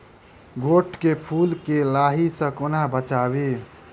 गोट केँ फुल केँ लाही सऽ कोना बचाबी?